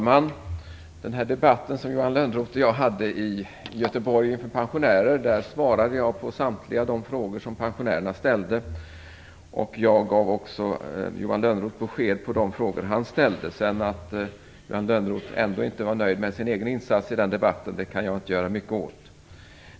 Fru talman! I den debatt som Johan Lönnroth och jag hade i Göteborg inför pensionärer svarade jag på samtliga frågor som pensionärerna ställde. Jag gav också Johan Lönnroth besked när det gäller frågor som han ställde. Att Johan Lönnroth inte var nöjd med sin egen insats i den debatten kan jag inte göra mycket åt.